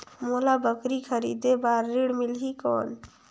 मोला बकरी खरीदे बार ऋण मिलही कौन?